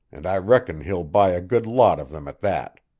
and i reckon he'll buy a good lot of them at that.